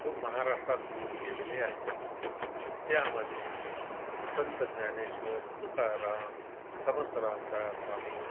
खूप महाराष्ट्रात होऊन गेलेले आहेत त्यामध्ये संत ज्ञानेश्वर तुकाराम समर्थ रामदास स्वामी